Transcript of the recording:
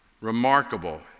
remarkable